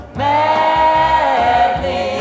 madly